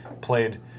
played